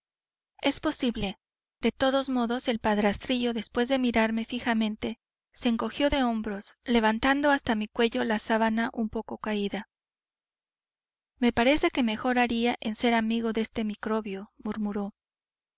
es posible de todos modos el padrastrillo después de mirarme fijamente se encogió de hombros levantando hasta mi cuello la sábana un poco caída me parece que mejor haría en ser amigo de este